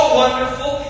wonderful